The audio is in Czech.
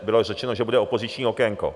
Bylo řečeno, že bude opoziční okénko.